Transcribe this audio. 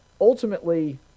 ultimately